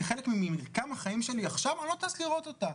כחלק ממרקם החיים שלי עכשיו אני לא טס לראות אותה.